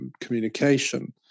communication